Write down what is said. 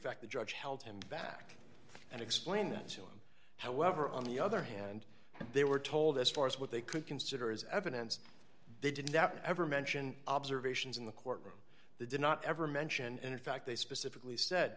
fact the judge held him back and explained that to him however on the other hand and they were told as far as what they could consider as evidence they didn't that never mention observations in the courtroom the did not ever mention in fact they specifically said